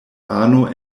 ano